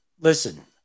listen